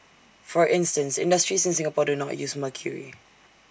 for instance industries in Singapore do not use mercury